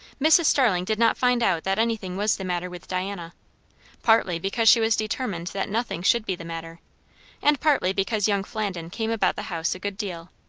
mrs. starling did not find out that anything was the matter with diana partly because she was determined that nothing should be the matter and partly because young flandin came about the house a good deal,